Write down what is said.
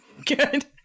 Good